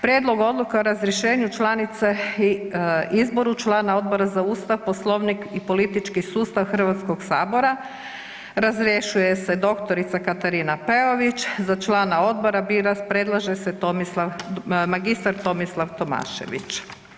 Prijedlog Odluka o razrješenju članice i izboru člana Odbora za Ustav, Poslovnik i politički sustav Hrvatskog sabora razrješuje se dr. Katarina Peović za člana odbora predlaže se Tomislav, mr. Tomislav Tomašević.